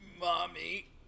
Mommy